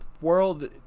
world